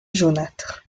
jaunâtres